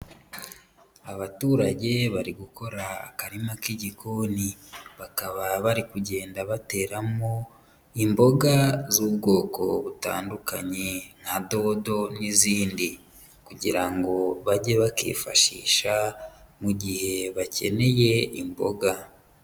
Abaturage bari gukora akarima k'igikoni, bakaba bari kugenda bateramo imboga z'ubwoko butandukanye nka dodo n'izindi, kugira ngo bajye bakifashisha mu gihe bakeneye imboga.